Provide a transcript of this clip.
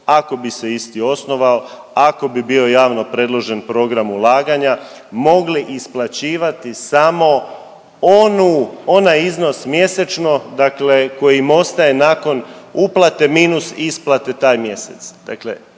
ako bi se isti osnovao, ako bi bio javno predložen program ulaganja, mogli isplaćivati samo onu, onaj iznos mjesečno dakle koji im ostaje nakon uplate minus isplate taj mjesec,